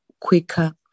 quicker